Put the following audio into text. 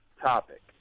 topic